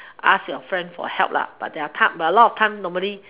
ask your friend for help lah but there are time but a lot of time normally